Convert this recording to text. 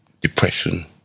depression